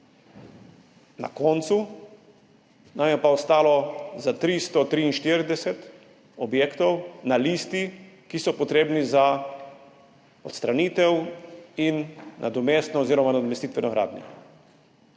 Na koncu nam je pa ostalo na listi 343 objektov, ki so potrebni za odstranitev in nadomestno oziroma nadomestitveno gradnjo.